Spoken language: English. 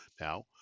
now